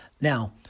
Now